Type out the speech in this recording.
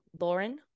Lauren